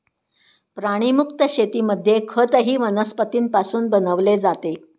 प्राणीमुक्त शेतीमध्ये खतही वनस्पतींपासून बनवले जाते